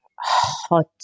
hot